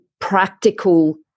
practical